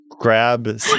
grab